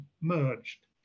merged